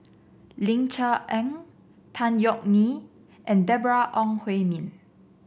Ling Cher Eng Tan Yeok Nee and Deborah Ong Hui Min